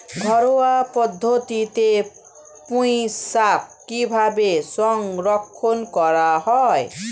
ঘরোয়া পদ্ধতিতে পুই শাক কিভাবে সংরক্ষণ করা হয়?